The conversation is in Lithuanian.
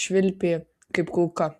švilpė kaip kulka